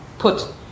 Put